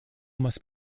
must